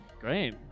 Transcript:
great